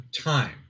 time